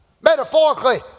metaphorically